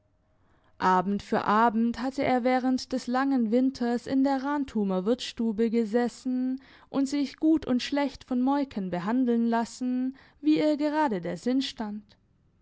abend für abend hatte er während des langen winters in der rantumer wirtsstube gesessen und sich gut und schlecht von moiken behandeln lassen wie ihr gerade der sinn stand